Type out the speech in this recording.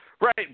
right